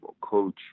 coach